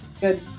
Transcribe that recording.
Good